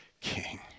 king